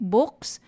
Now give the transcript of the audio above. Books